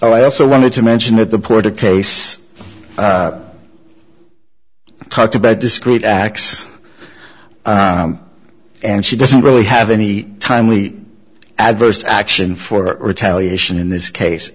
o i also wanted to mention that the port of case talked about discrete acts and she doesn't really have any timely adverse action for retaliation in this case